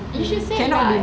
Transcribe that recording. you should say like